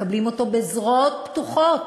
מקבלים אותו בזרועות פתוחות,